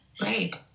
Right